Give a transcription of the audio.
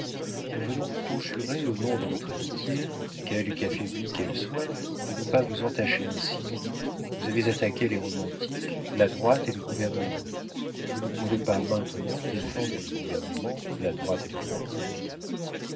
nous venons vous conjurer au nom de notre amitié quelque affaiblie qu'elle soit de ne pas vous entacher ainsi vous avez attaqué les romantiques la droite et le gouvernement vous ne pouvez pas maintenant défendre le gouvernement la droite et les romantiques